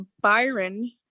Byron